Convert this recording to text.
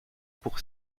pour